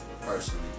personally